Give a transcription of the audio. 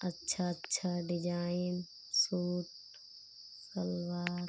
अच्छा अच्छा design suit salwar